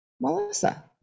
melissa